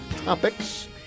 Topics